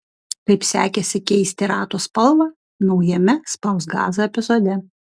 kaip sekėsi keisti ratų spalvą naujame spausk gazą epizode